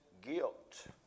guilt